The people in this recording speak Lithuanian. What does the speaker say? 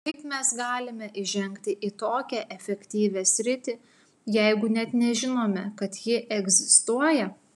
kaip mes galime įžengti į tokią efektyvią sritį jeigu net nežinome kad ji egzistuoja